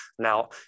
Now